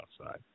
outside